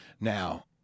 Now